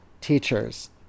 teachers